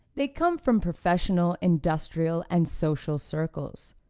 they come from professional, industrial and social circles.